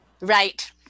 Right